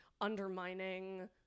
undermining